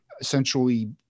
essentially